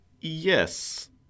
Yes